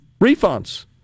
refunds